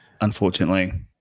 unfortunately